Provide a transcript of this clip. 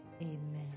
Amen